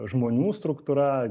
žmonių struktūra